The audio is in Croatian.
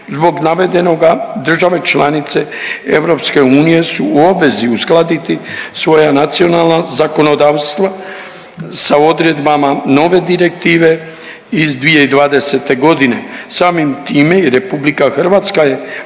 Zbog navedenoga države članice EU su u obvezi uskladiti svoja nacionalna zakonodavstva sa odredbama nove direktive iz 2020. godine. Samim time i RH je bila